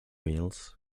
wheels